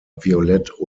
violett